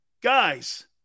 Guys